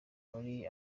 muri